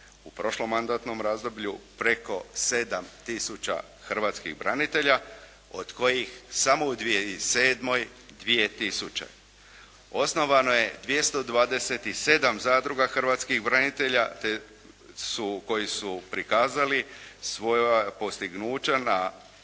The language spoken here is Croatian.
u prošlom mandatnom razdoblju preko 7 tisuća hrvatskih branitelja od kojih samo u 2007. 2 tisuće, osnovano je 227 zadruga hrvatskih branitelja koji su prikazali svoja postignuća na